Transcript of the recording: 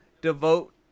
devote